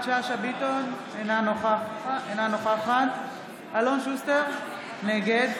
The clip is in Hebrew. ביטון, אינה נוכחת אלון שוסטר, נגד